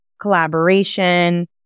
collaboration